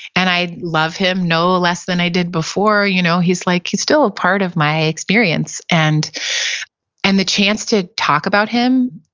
and i love him no less than i did before, you know? he's like he's still a part of my experience, and and the chance to talk about him,